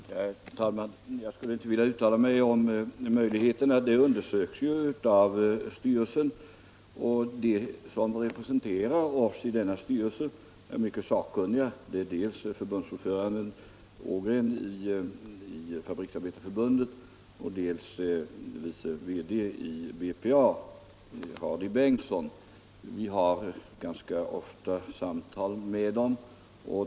Herr talman! Jag skulle inte vilja uttala mig om möjligheterna att fortsätta cementtillverkningen i Hällekis — de undersöks av styrelsen — och de som representerar staten i denna styrelse är mycket sakkunniga. Det är dels förbundsordföranden i Fabriksarbetareförbundet Enar Ågren, dels vice VD i BPA Hardy Bengtsson. Industridepartementet har ganska ofta samtal med dem.